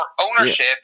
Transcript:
ownership